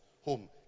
Home